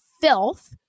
filth